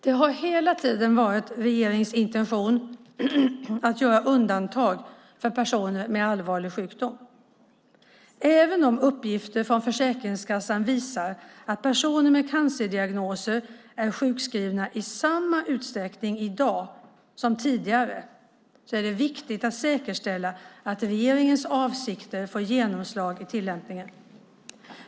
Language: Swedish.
Det har hela tiden varit regeringens intention att göra undantag för personer med allvarliga sjukdomar. Även om uppgifter från Försäkringskassan visar att personer med cancerdiagnoser är sjukskrivna i samma utsträckning i dag som tidigare är det viktigt att säkerställa att regeringens avsikter får genomslag i tillämpningen.